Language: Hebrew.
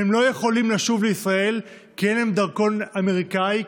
הם לא יכולים לשוב לישראל כי אין להם דרכון אמריקני,